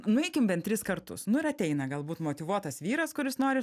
nueikim bent tris kartus nu ir ateina galbūt motyvuotas vyras kuris nori